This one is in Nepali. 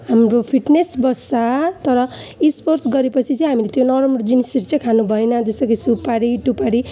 हाम्रो फिटनेस् बस्छ तर स्पोर्ट्स गरे पछि चाहिँ हामीले त्यो नर्मल जिनिसहरू चाहिँ खानु भएन जस्तो कि सुपारी टुपारी